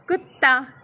ਕੁੱਤਾ